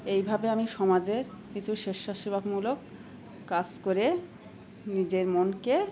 এইভাবে আমি সমাজের কিছু স্বেচ্ছা সেবামূলক কাজ করে নিজের মনকে